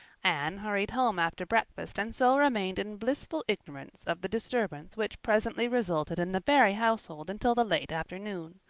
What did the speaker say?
anne hurried home after breakfast and so remained in blissful ignorance of the disturbance which presently resulted in the barry household until the late afternoon,